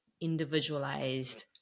individualized